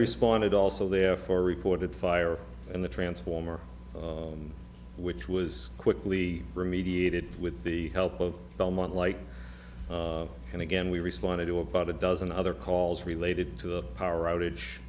responded also there for reported fire and the transformer which was quickly remediate it with the help of belmont like and again we responded to about a dozen other calls related to the power outage